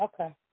okay